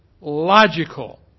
logical